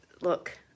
Look